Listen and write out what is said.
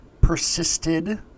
persisted